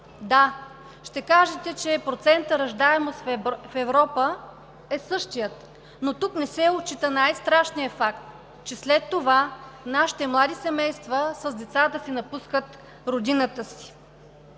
Да, ще кажете, че процентът раждаемост в Европа е същият, но тук не се отчита най-страшният факт, че след това нашите млади семейства с децата си напускат родината си.